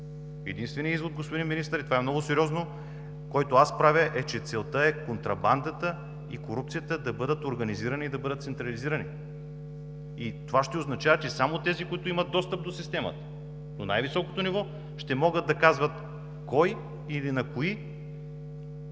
Единственият извод, господин Министър, и това е много сериозно, който аз правя, е, че целта е контрабандата и корупцията да бъдат организирани и централизирани. Това ще означава, че само тези, които имат достъп до системата, на най-високо ниво, ще могат да казват кой или на кои